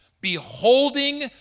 Beholding